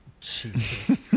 Jesus